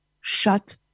shut